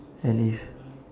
and live